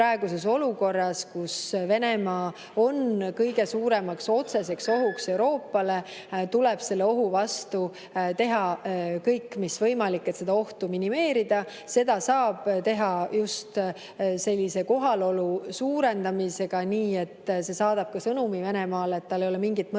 praeguses olukorras, kus Venemaa on kõige suuremaks otseseks ohuks Euroopale, tuleb selle ohu vastu teha kõik, mis võimalik, et seda ohtu minimeerida. Seda saab teha just kohalolu suurendamisega. See saadab sõnumi Venemaale, et tal ei ole mingit mõtet